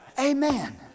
Amen